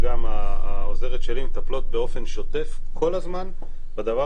וגם העוזרת שלי מטפלות באופן שוטף כל הזמן בדבר